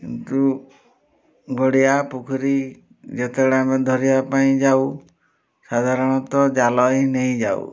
କିନ୍ତୁ ଗାଡ଼ିଆ ପୋଖରୀ ଯେତେବେଳେ ଆମେ ଧରିବା ପାଇଁ ଯାଉ ସାଧାରଣତଃ ଜାଲ ହିଁ ନେଇଯାଉ